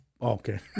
Okay